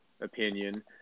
opinion